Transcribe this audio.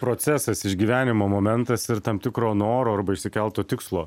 procesas išgyvenimo momentas ir tam tikro noro arba išsikelto tikslo